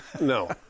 no